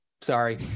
Sorry